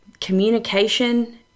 communication